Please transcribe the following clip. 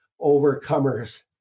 overcomers